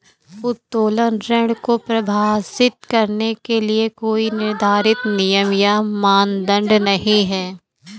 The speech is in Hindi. उत्तोलन ऋण को परिभाषित करने के लिए कोई निर्धारित नियम या मानदंड नहीं है